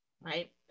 Right